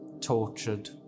tortured